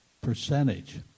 percentage